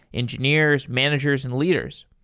engineers, managers and leaders.